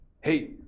hey